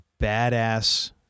badass